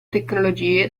tecnologie